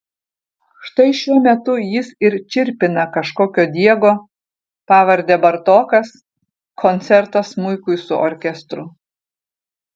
štai šiuo metu jis ir čirpina kažkokio diego pavarde bartokas koncertą smuikui su orkestru